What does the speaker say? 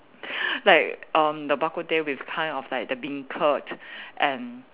like um the bak-kut-teh with kind of like the beancurd and